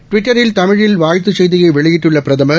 டுவிட்டரில் தமிழில் வாழ்த்துச் செய்தியை வெளியிட்டுள்ள பிரதமர்